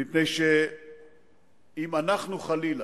מפני שאם אנחנו, חלילה,